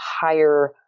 higher